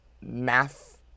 Math